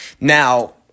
Now